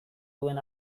duen